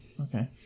okay